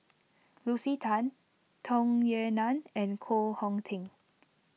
Lucy Tan Tung Yue Nang and Koh Hong Teng